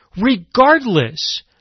regardless